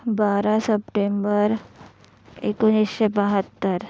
बारा सप्टेंबर एकोणीसशे बहात्तर